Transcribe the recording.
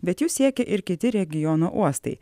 bet jų siekia ir kiti regiono uostai